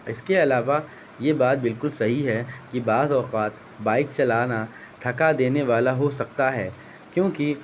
اس کے علاوہ یہ بات بالکل صحیح ہے کہ بعض اوقات بائک چلانا تھکا دینے والا ہو سکتا ہے کیونکہ